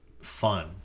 fun